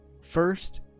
first